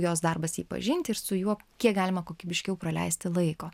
jos darbas jį pažinti ir su juo kiek galima kokybiškiau praleisti laiko